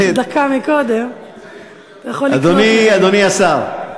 אדוני השר,